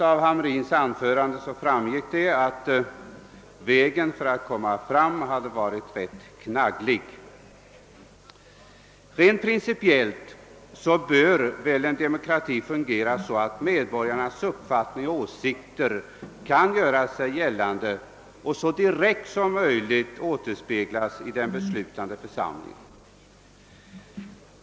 Av hans anförande tidigare i dag framgick det att vägen har varit rätt knagglig. Rent principiellt bör väl en demokrati fungera så att medborgarnas åsikter kan göra sig gällande och så direkt som möjligt återspeglas i den beslutande församlingen.